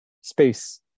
space